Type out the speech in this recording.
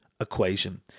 equation